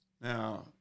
Now